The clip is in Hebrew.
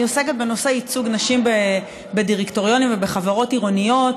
היא עוסקת בייצוג נשים בדירקטוריונים ובחברות עירוניות,